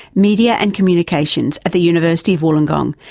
media and communication at the university of wollongong,